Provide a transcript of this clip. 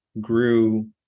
grew